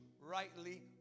rightly